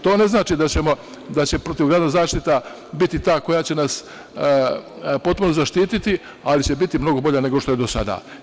To ne znači da će protivgradna zaštita biti ta koja će nas potpuno zaštiti, ali će biti mnogo bolja nego što je do sada.